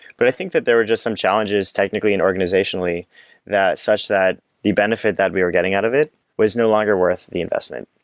but i think that there were just some challenges technically and organizationally that such that the benefit that we were getting out of it was no longer worth the investment.